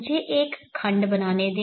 मुझे एक खंड बनाने दें